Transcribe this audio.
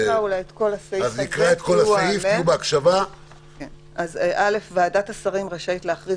אז אני אקרא את כל הסעיף: (1)ועדת השרים רשאית להכריז